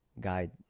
guide